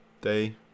day